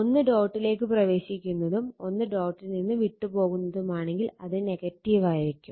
ഒന്ന് ഡോട്ടിലേക്ക് പ്രവേശിക്കുന്നതും ഒന്ന് ഡോട്ടിൽ നിന്ന് വിട്ട് പോകുന്നതുമാണെങ്കിൽ അത് ആയിരിക്കും